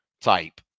type